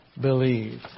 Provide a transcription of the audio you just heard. believe